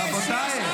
רבותיי,